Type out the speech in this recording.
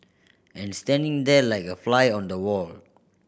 and standing there like a fly on the wall